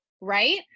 Right